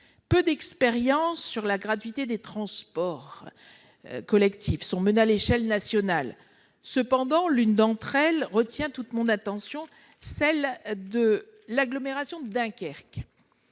Peu d'expériences sur la gratuité des transports collectifs sont menées à l'échelle nationale. Cependant, l'une d'entre elles retient toute mon attention, celle de l'agglomération de Dunkerque,